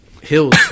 Hills